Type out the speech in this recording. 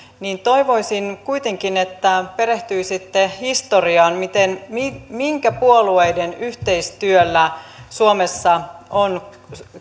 toivoisin kuitenkin että perehtyisitte historiaan minkä puolueiden yhteistyöllä suomessa on